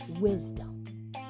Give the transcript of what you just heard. wisdom